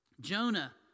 Jonah